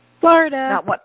Florida